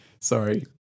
Sorry